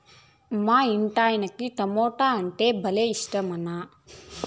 మా ఇంటాయనకి టమోటా అంటే భలే ఇట్టమన్నా